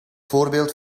voorbeeld